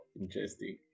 interesting